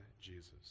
Jesus